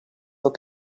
will